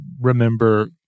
remember